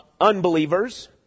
unbelievers